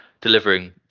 delivering